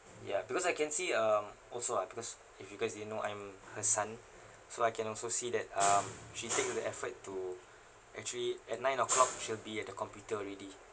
ya because I can see um also ah because if you guys didn't know I'm her son so I can also see that um she take to the effort to actually at nine o'clock she'll be at the computer already